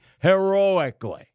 heroically